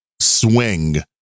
swing